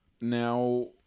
now